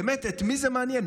באמת, את מי זה מעניין?